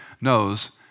knows